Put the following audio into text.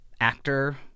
actor